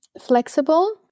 Flexible